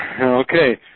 Okay